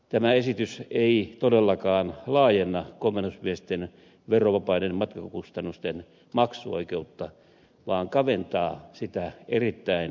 tämä esitys ei todellakaan laajenna komennusmiesten verovapaiden matkakustannusten maksuoikeutta vaan kaventaa sitä erittäin merkittävästi